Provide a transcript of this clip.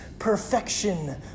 Perfection